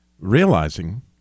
realizing